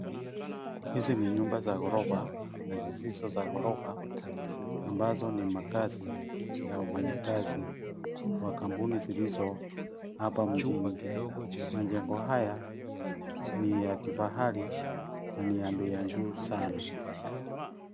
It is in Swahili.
Hizi ni nyumba za ghorofa na zisizo za ghorofa ambazo ni makazi ya wafanyakazi wa kampuni zilizo hapa mjini. Majengo haya ni ya kifahari na ni ya bei ya juu sana.